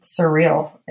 surreal